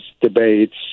debates